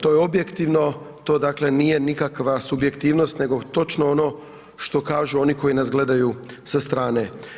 To je objektivno, to dakle, nije nikakva subjektivnosti, nego točno ono što kažu oni koji nas gledaju sa strane.